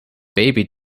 baby